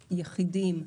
יחידים,